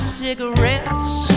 cigarettes